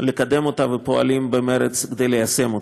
לקדם אותה ופועלים במרץ כדי ליישם אותה.